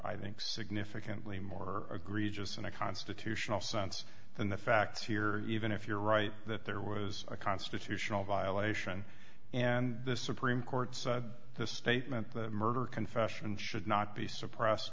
i think significantly more agree just in a constitutional sense than the facts here even if you're right that there was a constitutional violation and the supreme court said this statement the murder confession should not be suppressed